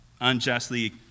unjustly